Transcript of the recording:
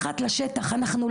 הקרקע,